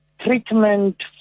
treatment